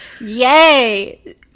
Yay